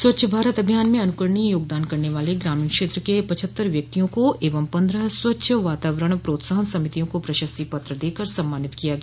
स्वच्छ भारत अभियान में अनुकरणीय योगदान करने वाले ग्रामीण क्षेत्र के पछत्तर व्यक्तियों को एवं पन्द्रह स्वच्छ वातावरण प्रोत्साहन समितियों को प्रशस्ति पत्र देकर सम्मानित किया गया